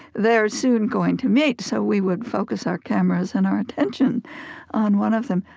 they're soon going to meet so we would focus our cameras and our attention on one of them.